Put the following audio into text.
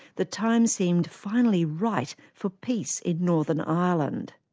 the time seemed finally right for peace in northern ireland.